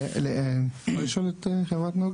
רציתי לשאול: